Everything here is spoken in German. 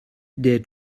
der